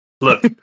look